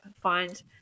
find